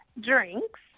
drinks